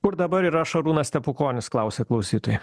kur dabar yra šarūnas stepukonis klausia klausytoja